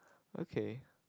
okay